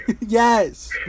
yes